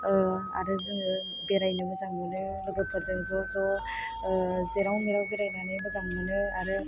आरो जों बेरायनो मोजां मोनो लोगोफोरजों ज' ज' जेराव मेराव बेरायनानै मोजां मोनो आरो